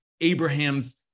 Abraham's